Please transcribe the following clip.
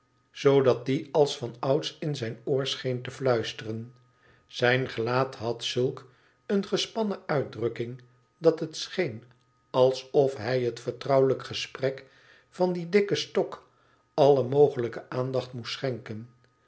zoodat die als vanouds in zijn oor scheen te fluisteren zijn gelaat had zulk eene gespannen uitdrukking dat het scheen alsof hij het vertrouwelijk gesprek van den dikken stok alle mogelijke aandacht moest schenken